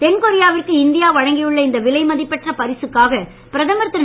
தென்கொரியாவிற்கு India வழங்கியுள்ள இந்த விலை மதிப்பற்ற பரிசுக்காக பிரதமர் திரு